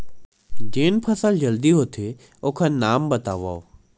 जेन फसल जल्दी होथे ओखर नाम बतावव?